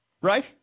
Right